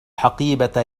حقيبة